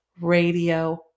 radio